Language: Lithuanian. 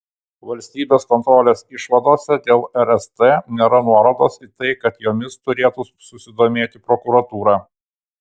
valstybės kontrolės išvadose dėl rst nėra nuorodos į tai kad jomis turėtų susidomėti prokuratūra